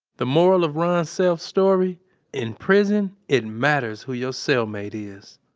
the moral of ron self's story in prison, it matters who your cellmate is.